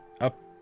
up